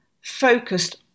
focused